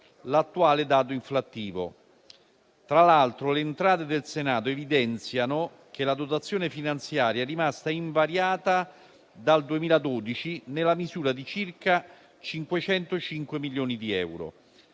l'attuale dato inflattivo. Tra l'altro, le entrate del Senato evidenziano che la dotazione finanziaria è rimasta invariata dal 2012, nella misura di circa 505 milioni di euro.